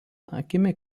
akimi